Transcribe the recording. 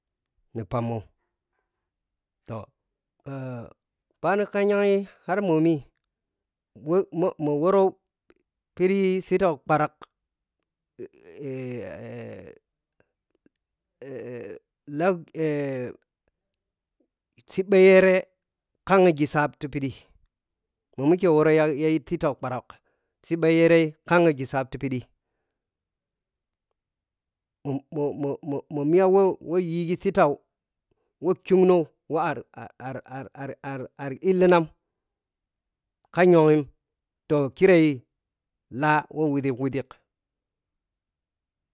Ni pammoh phani kɛnyai har momi wo-mo-mo woro phiɗi sitau ɓarak la siɓayɛrɛ kyankyɛgiishapti phiɗi momike worɔ bidi yayayi sitau ɓarak shiɓayɛrɛ kanghig shap ti ɓiɗi mo-mo mike miya wɔyigi sitau wo kuggnɔ w arar-ar-ar inlinagh ka nyoi toh kiyɛ lawɔȝɛwɔȝɛg.